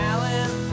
Alan